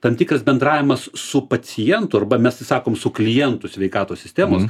tam tikras bendravimas su pacientu arba mes sakom su klientu sveikatos sistemos